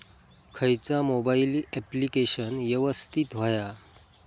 खयचा mobile application यवस्तित होया?